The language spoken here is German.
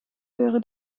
wäre